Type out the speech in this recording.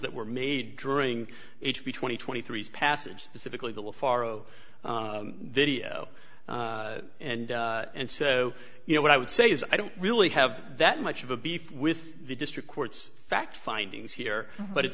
that were made during h b twenty twenty three's passage pacifically that will far oh and and so you know what i would say is i don't really have that much of a beef with the district court's fact findings here but it's